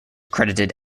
credited